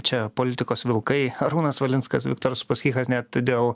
čia politikos vilkai arūnas valinskas viktoras uspaskichas net dėl